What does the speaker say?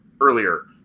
earlier